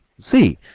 see!